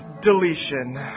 Deletion